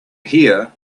here